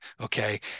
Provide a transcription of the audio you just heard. okay